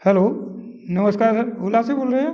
hello नमस्कार ओला से बोल रहे हैं